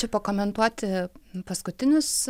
čia pakomentuoti paskutinius